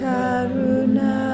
Karuna